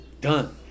done